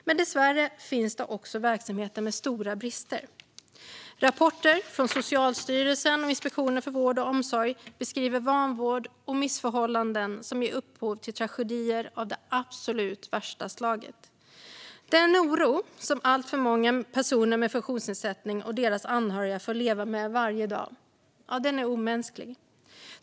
Men dessvärre finns det också verksamheter med stora brister. Rapporter från Socialstyrelsen och Inspektionen för vård och omsorg beskriver vanvård och missförhållanden som ger upphov till tragedier av det absolut värsta slaget. Den oro som alltför många personer med funktionsnedsättning och deras anhöriga får leva med varje dag är omänsklig.